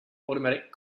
automatic